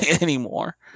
anymore